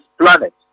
planet